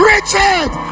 Richard